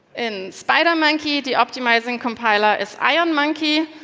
and spidermonkey the optimising compiler is ironmonkey,